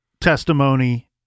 testimony